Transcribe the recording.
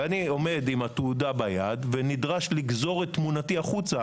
ואני עומד עם תעודה ביד ונדרש לגזור את תמונתי החוצה,